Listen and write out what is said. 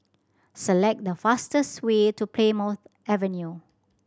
select the fastest way to Plymouth Avenue